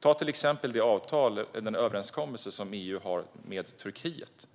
Ta till exempel den överenskommelse EU har med Turkiet.